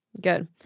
Good